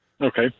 Okay